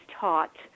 taught